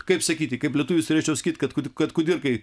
kaip sakyti kaip lietuvis turėčiau sakyti kad kad kudirkai